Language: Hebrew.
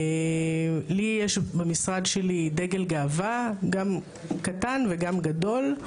לי יש במשרד שלי דגל גאווה, גם קטן וגם גדול.